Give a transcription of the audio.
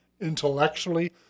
intellectually